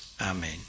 Amen